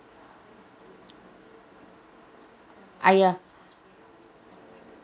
!aiya!